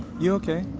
you ok?